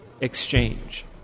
exchange